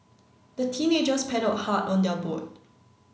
the teenagers paddled hard on their boat